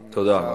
תודה.